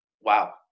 wow